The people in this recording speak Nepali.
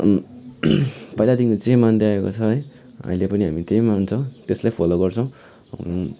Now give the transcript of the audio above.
पहिलादेखिको जे मान्दै आएको छ है अहिले पनि हामी त्यही मान्छौँ त्यसलाई फलो गर्छौँ